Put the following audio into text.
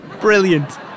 Brilliant